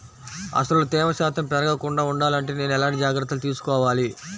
అసలు తేమ శాతం పెరగకుండా వుండాలి అంటే నేను ఎలాంటి జాగ్రత్తలు తీసుకోవాలి?